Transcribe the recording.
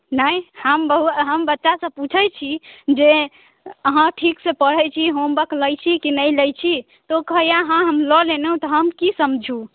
नहि हम हम बच्चासँ पूछैत छी जे अहाँ ठीकसँ पढ़ैत छी होमवर्क लै छी कि नहि लै छी तऽ ओ कहैया हँ हम लऽ लेलहुँ तऽ हम की समझू